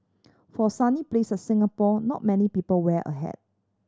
for a sunny place Singapore not many people wear a hat